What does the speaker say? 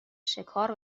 شکار